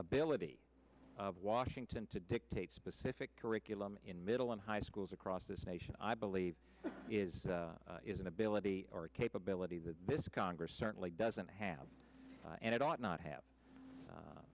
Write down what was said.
ability of washington to dictate specific curriculum in middle and high schools across this nation i believe is is an ability or capability that this congress certainly doesn't have and it ought not have